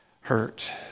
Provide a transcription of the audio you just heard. hurt